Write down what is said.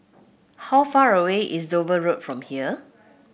how far away is Dover Road from here